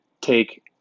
take